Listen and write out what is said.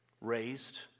raised